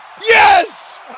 Yes